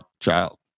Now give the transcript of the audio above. child